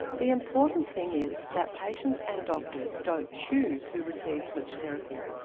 the important thing is that patients and doctors don't choose who receives which therapy,